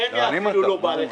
נחמיה אפילו לא בא לכאן,